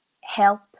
help